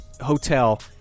hotel